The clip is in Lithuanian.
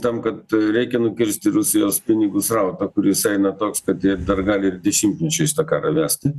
tam kad reikia nukirsti rusijos pinigų srautą kuris eina toks kad jie dar gali ir dešimtmečiais tą karą vesti